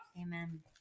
Amen